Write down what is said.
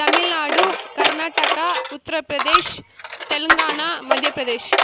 Tamil Nadu Karnataka Uttar Pradesh Telangana Madhya Pradesh